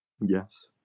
yes